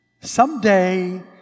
someday